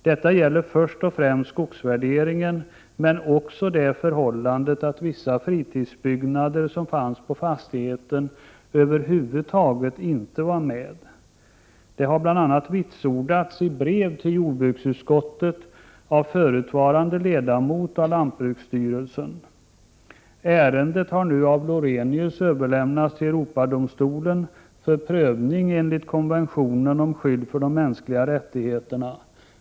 Detta gällde först och främst skogsvärderingen, men också det förhållandet att vissa fritidsbyggnader som fanns på fastigheten över huvud taget inte var med, vilket bl.a. har vitsordats i brev till jordbruksutskottet av en förutvaran 106 de ledamot av lantbruksstyrelsen. Ärendet har nu av Lorenius överlämnats till Europadomstolen för prövning enligt konventionen om skydd för de mänskliga rättigheterna.